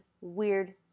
weird